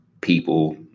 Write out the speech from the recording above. people